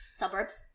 suburbs